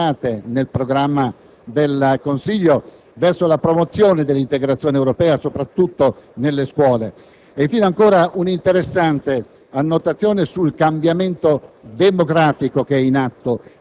le iniziative annunciate nel programma del Consiglio verso la promozione dell'integrazione europea, soprattutto nelle scuole, fino a un'interessante annotazione sul cambiamento demografico